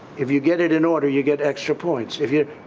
if you get it in order, you get extra points. if you,